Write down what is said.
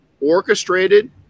orchestrated